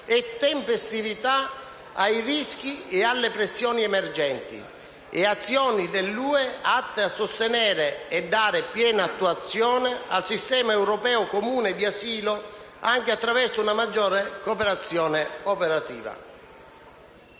e tempestività ai rischi e alle pressioni emergenti; le azioni dell'Unione europea atte a sostenere e dare piena attuazione al sistema europeo comune di asilo, anche attraverso una maggiore cooperazione operativa.